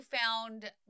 found